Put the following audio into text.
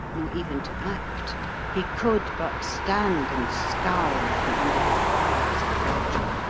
nor even to act he could but stand and scowl from under his brows at bertram.